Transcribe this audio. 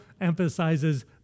emphasizes